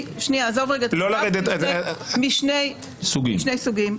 משני סוגים.